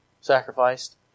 sacrificed